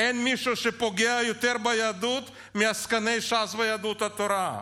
אין מישהו שפוגע ביהדות יותר מעסקני ש"ס ויהדות התורה.